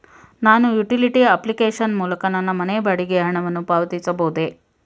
ನಾನು utility application ಮೂಲಕ ನನ್ನ ಮನೆ ಬಾಡಿಗೆ ಹಣವನ್ನು ಪಾವತಿಸಬಹುದೇ?